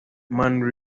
man